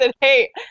hey